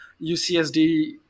UCSD